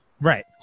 Right